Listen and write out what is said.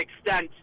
extent